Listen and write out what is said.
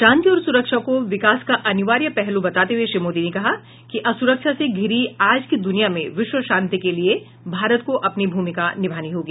शांति और सुरक्षा को विकास का अनिवार्य पहलू बताते हुए श्री मोदी ने कहा कि असुरक्षा से घिरी आज की दुनिया में विश्व शांति के लिए भारत को अपनी भूमिका निभानी होगी